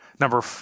Number